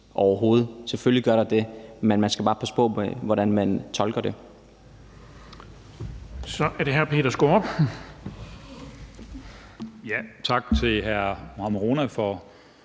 ikke findes. Selvfølgelig gør der det, men man skal bare passe på med, hvordan man tolker det.